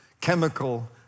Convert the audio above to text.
chemical